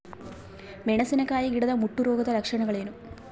ಮೆಣಸಿನಕಾಯಿ ಗಿಡದ ಮುಟ್ಟು ರೋಗದ ಲಕ್ಷಣಗಳೇನು?